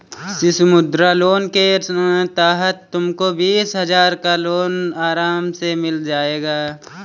शिशु मुद्रा लोन के तहत तुमको बीस हजार का लोन आराम से मिल जाएगा